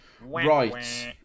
Right